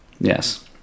Yes